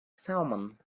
salmon